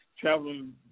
traveling